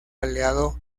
aliado